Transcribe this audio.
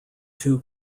two